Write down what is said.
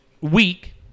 week